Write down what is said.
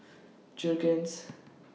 Jergens